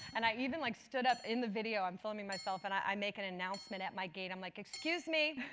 and i even like stood up in the video, i'm filming myself, and i make an announcement at my gate. i'm like, excuse me,